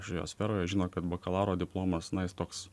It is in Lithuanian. šioje sferoje žino kad bakalauro diplomas na jis toks